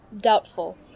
Doubtful